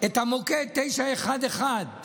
מוקד 911,